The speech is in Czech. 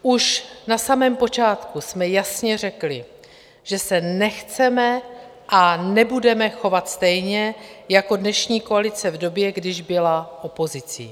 Už na samém počátku jsme jasně řekli, že se nechceme a nebudeme chovat stejně jako dnešní koalice v době, když byla opozicí.